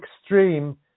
extreme